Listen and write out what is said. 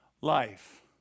life